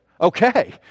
Okay